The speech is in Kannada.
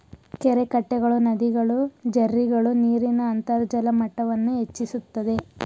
ಕೆರೆಕಟ್ಟೆಗಳು, ನದಿಗಳು, ಜೆರ್ರಿಗಳು ನೀರಿನ ಅಂತರ್ಜಲ ಮಟ್ಟವನ್ನು ಹೆಚ್ಚಿಸುತ್ತದೆ